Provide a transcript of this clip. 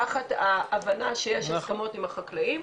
תחת ההבנה שיש הסכמות עם החקלאים.